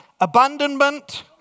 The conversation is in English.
abandonment